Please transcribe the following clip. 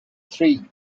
three